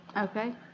Okay